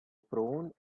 prone